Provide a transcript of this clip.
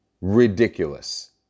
Ridiculous